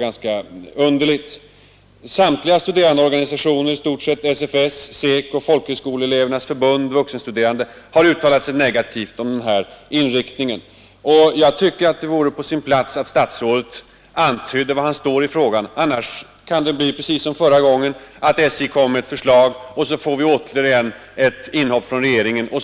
I stort sett samtliga studerandeorganisationer — SFS, SECO, Folkhögskoleelevernas förbund, de vuxenstuderande — har uttalat sig negativt om förslagets inriktning. Jag tycker det vore på sin plats att statsrådet antydde var han står i frågan, annars kan det bli precis som förra gången: SJ lägger fram ett förslag och så blir det inhopp från regeringen och